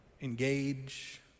engage